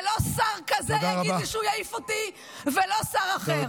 ולא שר כזה יגיד לי שהוא יעיף אותי ולא שר אחר.